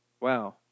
Wow